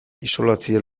isolatzea